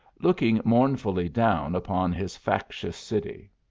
looking mournfully down upon his factious city.